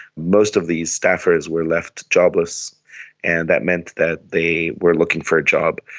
most of these staffers were left jobless and that meant that they were looking for a job.